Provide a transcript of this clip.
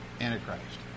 Antichrist